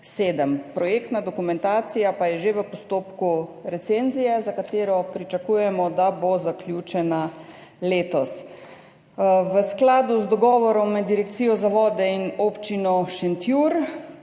Projektna dokumentacija pa je že v postopku recenzije, za katero pričakujemo, da bo zaključena letos. V skladu z dogovorom med Direkcijo za vode in Občino Šentjur